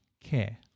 CARE